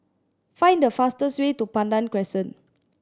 find the fastest way to Pandan Crescent